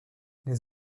les